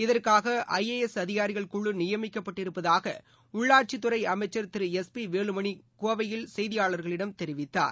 இதற்காக I A S அதிகாரிகள் குழு நியமிக்கப்பட்டிருப்பதாக உள்ளாட்சித் துறை அமைச்சர் திரு எஸ் பி வேலுமணி கோவையில் செய்தியாளர்களிடம் தெரிவித்தார்